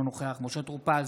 אינו נוכח משה טור פז,